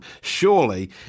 surely